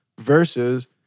Versus